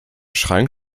schrank